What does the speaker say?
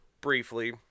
briefly